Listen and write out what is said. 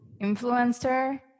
influencer